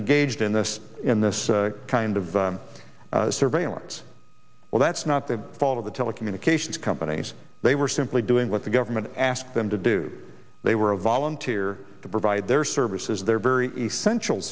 engaged in this in this kind of surveillance well that's not the fault of the telecommunications companies they were simply doing what the government asked them to do they were a volunteer to provide their services they're very essential